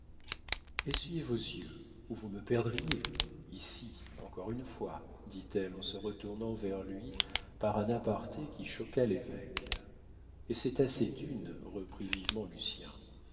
essuyez vos yeux ou vous me perdriez ici encore une fois dit-elle en se retournant vers lui par un aparté qui choqua l'évêque et c'est assez d'une reprit vivement lucien